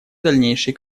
дальнейшие